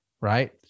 right